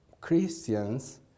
Christians